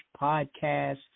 podcasts